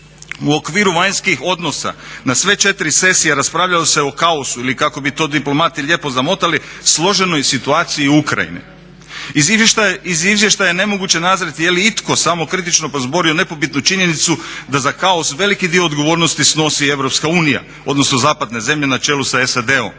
U okviru vanjskih odnosa na sve četiri sesije raspravljalo se o kaosu ili kako bi to diplomati lijepo zamotali složenoj situaciji u Ukrajini. Iz izvještaja je nemoguće nazrijeti je li itko samokritično prozborio nepobitnu činjenicu da za kaos veliki dio odgovornosti snosi EU, odnosno zapadne zemlje na čelu sa SAD-om